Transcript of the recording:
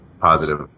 positive